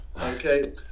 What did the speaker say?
okay